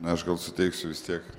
aš gal suteiksiu vis tiek